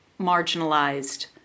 marginalized